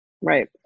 Right